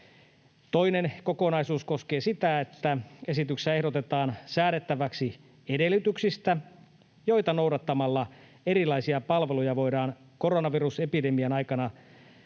Toinen kokonaisuus koskee sitä, että esityksessä ehdotetaan säädettäväksi edellytyksistä, joita noudattamalla erilaisia palveluja voidaan koronavirusepidemian aikana